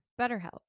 BetterHelp